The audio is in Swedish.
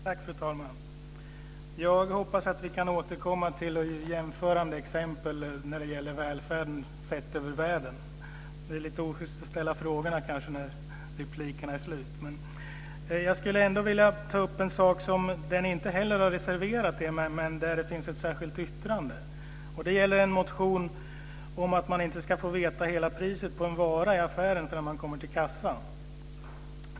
Fru talman! Jag hoppas att vi kan återkomma till jämförande exempel när det gäller välfärden sett över hela världen. Det är kanske lite oschyst att ställa frågor när replikerna är slut. Men jag vill ändå ta upp en sak där ni inte har reserverat er, men där det finns ett särskilt yttrande. Det gäller en motion om att man inte ska få veta totalpriset på en vara i affären förrän man kommer till kassan.